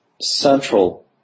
central